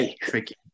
tricky